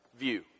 view